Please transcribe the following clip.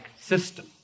system